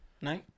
No